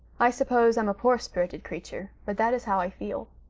i suppose i'm a poor-spirited creature, but that is how i feel.